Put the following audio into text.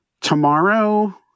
tomorrow